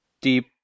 deep